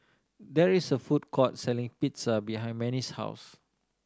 there is a food court selling Pizza behind Manie's house